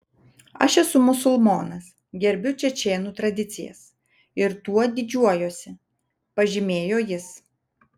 aš esu musulmonas gerbiu čečėnų tradicijas ir tuo didžiuojuosi pažymėjo jis